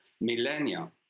millennia